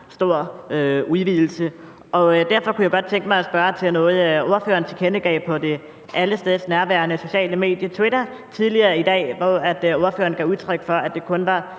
stor udvidelse, og derfor kunne jeg godt tænke mig at spørge til noget, som ordføreren tilkendegav på det allestedsnærværende sociale medie Twitter tidligere i dag, hvor ordføreren gav udtryk for, at det kun var